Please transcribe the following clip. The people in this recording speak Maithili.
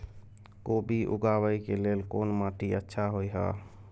कोबी उगाबै के लेल कोन माटी अच्छा होय है?